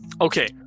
Okay